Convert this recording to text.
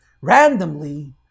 randomly